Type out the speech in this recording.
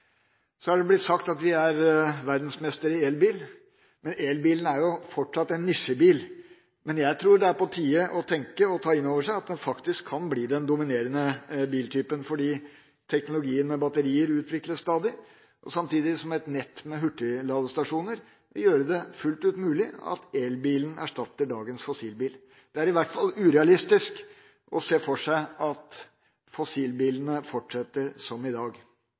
Det har blitt sagt at vi er verdensmester i elbil. Elbilen er fortsatt en nisjebil, men jeg tror det er på tide å ta inn over seg at den faktisk kan bli den dominerende biltypen fordi teknologien med batterier utvikles stadig, samtidig som et nett med hurtigladestasjoner vil gjøre det fullt ut mulig at elbilen erstatter dagens fossilbil. Det er i hvert fall urealistisk å se for seg at fossilbilene fortsetter som i dag.